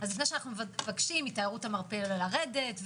אז לפני שאנחנו מבקשים מתיירות המרפא לרדת,